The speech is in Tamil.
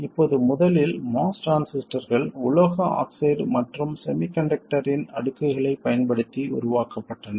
இப்போது முதலில் MOS டிரான்சிஸ்டர்கள் உலோக ஆக்சைடு மற்றும் செமிகண்டக்டரின் அடுக்குகளைப் பயன்படுத்தி உருவாக்கப்பட்டன